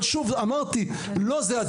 אבל שוב, אמרתי שזה לא הדיון פה.